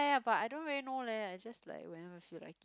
but I don't really know leh I just like whenever I feel like